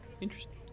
Interesting